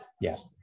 Yes